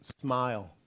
smile